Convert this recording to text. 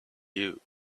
you